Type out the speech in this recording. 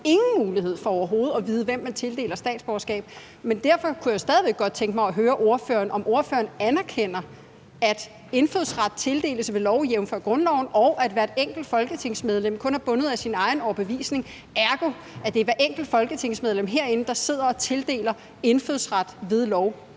ingen mulighed for overhovedet at vide, hvem man tildeler statsborgerskab. Men jeg kunne stadig væk godt tænke mig at høre, om ordføreren anerkender, at indfødsret tildeles ved lov jævnfør grundloven, og at hvert enkelt folketingsmedlem kun er bundet af sin egen overbevisning, og at det dermed er hvert enkelt folketingsmedlem herinde, der sidder og tildeler indfødsret ved lov.